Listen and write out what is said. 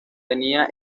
tenía